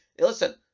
listen